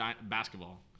basketball